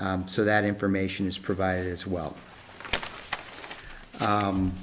so that information is provided as well